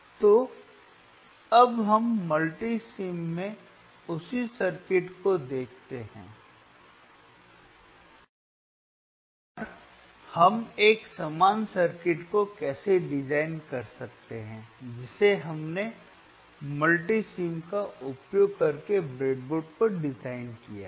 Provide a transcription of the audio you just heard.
तो अब हम मल्टीसिम में उसी सर्किट को देखते हैं और हम एक समान सर्किट को कैसे डिजाइन कर सकते हैं जिसे हमने मल्टीसिम का उपयोग करके ब्रेडबोर्ड पर डिज़ाइन किया है